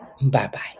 Bye-bye